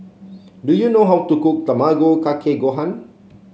do you know how to cook Tamago Kake Gohan